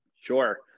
sure